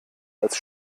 als